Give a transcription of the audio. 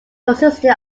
consisted